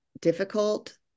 difficult